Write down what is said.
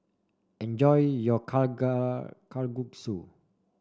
enjoy your Kalguksu